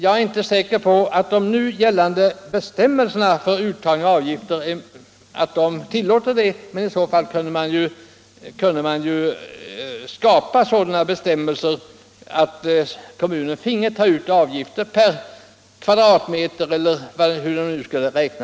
Jag är inte säker på att de nu gällande bestämmelserna för uttagande av avgifter tillåter detta, men i så fall kunde man skapa sådana bestämmelser att kommunen finge ta ut sådana avgifter, per kvadratmeter eller på annat sätt.